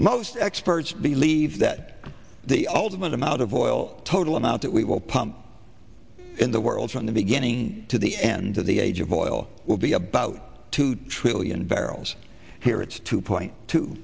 most experts believe that the ultimate amount of oil total amount that we will pump in the world from the beginning to the end of the age of oil will be about two trillion barrels here it's two point t